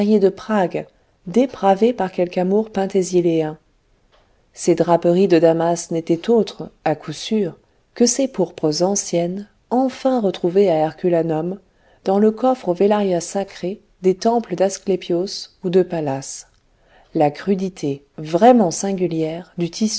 de prague dépravé par quelque amour penthésiléen ces draperies de damas n'étaient autres à coup sûr que ces pourpres anciennes enfin retrouvées à herculanum dans le coffre aux velaria sacrés des temples d'asclépios ou de pallas la crudité vraiment singulière du